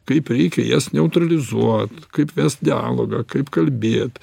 kaip reikia jas neutralizuot kaip vest dialogą kaip kalbėt